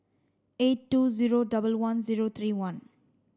eight two zero double one zero three one